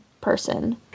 person